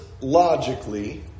logically